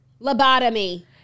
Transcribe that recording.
Lobotomy